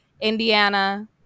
Indiana